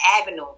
avenues